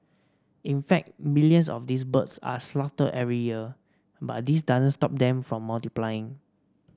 in fact millions of these birds are slaughtered every year but this doesn't stop them from multiplying